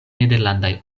nederlandaj